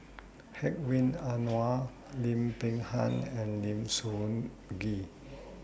Hedwig Anuar Lim Peng Han and Lim Soo Ngee